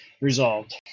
resolved